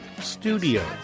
studio